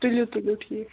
تُلِو تُلِو ٹھیٖک چھُ